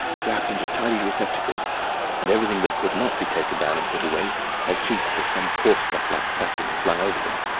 slapped into tidy receptacles and everything that could not be taken down and put away had sheets of some coarse stuff like sacking flung over them.